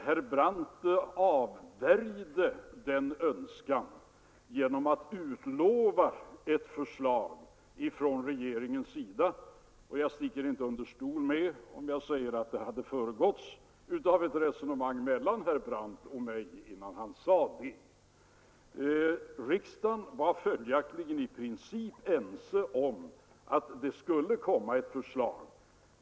Herr Brandt avvärjde den önskan genom att utlova ett förslag från regeringens sida, och jag sticker inte under stol med att det löftet hade föregåtts av ett resonemang mellan herr Brandt och mig. Riksdagen var följaktligen i princip enig om att det skulle läggas fram ett förslag.